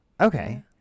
Okay